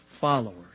followers